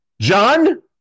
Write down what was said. John